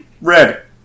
Red